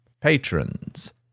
patrons